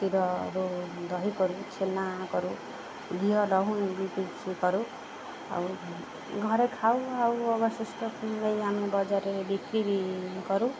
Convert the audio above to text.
କ୍ଷୀରରୁ ଦହି କରୁ ଛେନା କରୁ ଘିଅ ଲହୁଣୀ ବି କିଛି କରୁ ଆଉ ଘରେ ଖାଉ ଆଉ ଅବଶିଷ୍ଟ ନେଇ ଆମେ ବଜାରରେ ବିକ୍ରି କରୁ